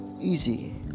easy